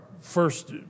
first